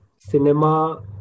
cinema